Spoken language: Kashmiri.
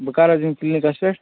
بہٕ کَر حظ یِمہٕ کِلنِکَس پٮ۪ٹھ